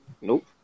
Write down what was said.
Nope